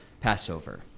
Passover